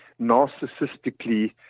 narcissistically